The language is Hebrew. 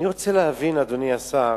אני רוצה להבין, אדוני השר: